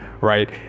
right